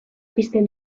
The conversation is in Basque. pizten